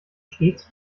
stets